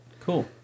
cool